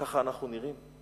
ככה אנחנו נראים.